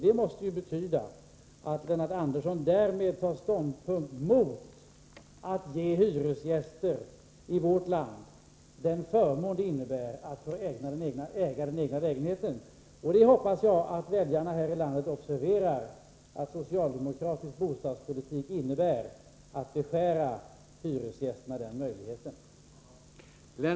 Det måste betyda att Lennart Andersson därmed tar ståndpunkt mot att ge hyresgäster i vårt land den förmån det innebär att få äga den egna lägenheten. Jag hoppas att väljarna här i landet observerar att socialdemokratisk bostadspolitik innebär att man beskär hyresgästerna den möjligheten.